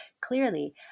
clearly